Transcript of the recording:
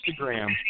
Instagram